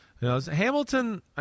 Hamilton